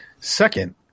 Second